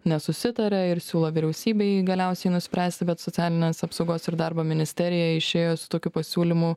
nesusitarė ir siūlo vyriausybei galiausiai nuspręsti bet socialinės apsaugos ir darbo ministerija išėjo su tokiu pasiūlymu